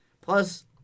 Plus